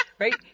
right